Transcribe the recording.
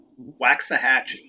waxahachie